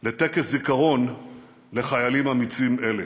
לטקס זיכרון לחיילים אמיצים אלה.